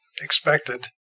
expected